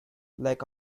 like